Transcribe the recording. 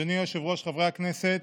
אדוני היושב-ראש, חברי הכנסת,